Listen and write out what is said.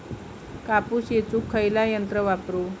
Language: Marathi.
कापूस येचुक खयला यंत्र वापरू?